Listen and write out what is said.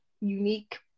unique